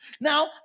Now